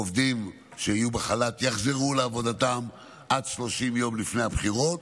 עובדים שהיו בחל"ת יחזרו לעבודתם עד 30 יום לפני הבחירות,